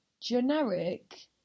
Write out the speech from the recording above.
generic